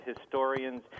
historians